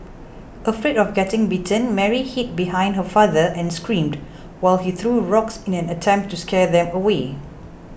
afraid of getting bitten Mary hid behind her father and screamed while he threw rocks in an attempt to scare them away